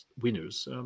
Winners